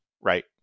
right